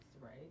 right